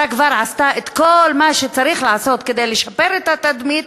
כבר עשתה את כל מה שצריך לעשות כדי לשפר את התדמית,